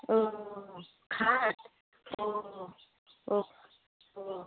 ও খাট ও ও ও